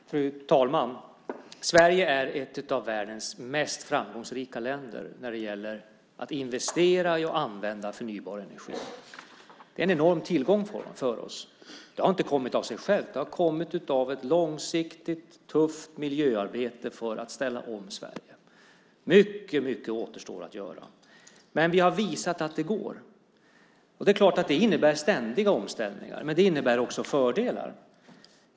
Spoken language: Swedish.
Fru talman! Sverige är ett av världens mest framgångsrika länder när det gäller att investera i och använda förnybar energi, en enorm tillgång för oss. Det har inte kommit av sig självt. Det har kommit av ett långsiktigt, tufft miljöarbete för att ställa om Sverige. Mycket återstår att göra. Men vi har visat att det går. Det är klart att det innebär ständiga omställningar, men det innebär också fördelar.